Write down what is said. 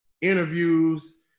interviews